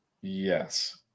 Yes